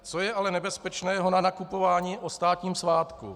Co je ale nebezpečného na nakupování o státním svátku?